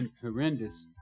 horrendous